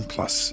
Plus